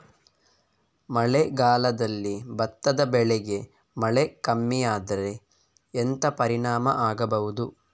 ಮಳೆಗಾಲದಲ್ಲಿ ಭತ್ತದ ಬೆಳೆಗೆ ಮಳೆ ಕಮ್ಮಿ ಆದ್ರೆ ಎಂತ ಪರಿಣಾಮ ಆಗಬಹುದು?